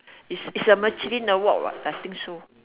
is is a michelin award what I think so